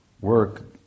Work